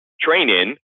training